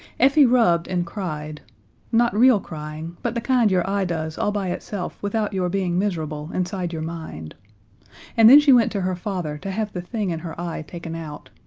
effie rubbed and cried not real crying, but the kind your eye does all by itself without your being miserable inside your mind and then she went to her father to have the thing in her eye taken out.